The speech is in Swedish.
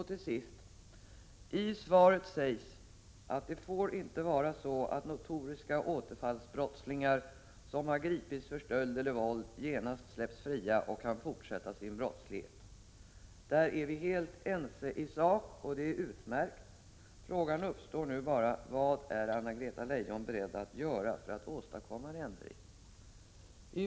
Till sist: I svaret sägs att det inte får vara så, att notoriska återfallsbrottslingar som har gripits för stöld eller våld genast släpps fria och kan fortsätta sin brottslighet. Där är vi helt ense i sak, och det är utmärkt. Men den fråga som nu uppstår är bara vad Anna-Greta Leijon är beredd att göra för att åstadkomma en ändring.